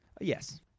Yes